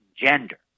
gender